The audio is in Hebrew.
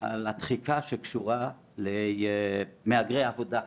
על התחיקה שקשורה למהגרי עבודה.